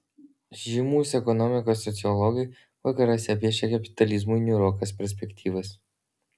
žymūs ekonomikos sociologai vakaruose piešia kapitalizmui niūrokas perspektyvas